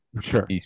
sure